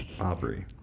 Aubrey